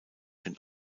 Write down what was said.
den